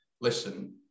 listen